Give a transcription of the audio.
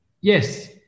Yes